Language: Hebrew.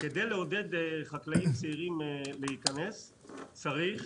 כדי לעודד חקלאים צעירים להיכנס לתחום צריך